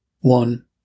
One